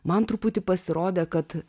man truputį pasirodė kad